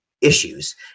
issues